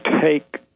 take